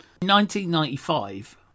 1995